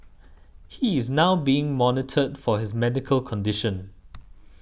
he is now being monitored for his medical condition